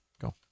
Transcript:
Go